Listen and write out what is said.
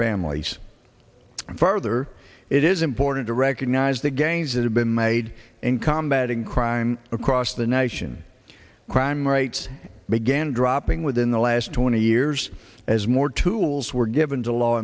families further it is important to recognize the gains that have been made in combat in crime across the nation crime rates began dropping within the last twenty years as more tools were given to law